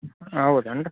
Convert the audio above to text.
ಹೌದೇನ್ ರೀ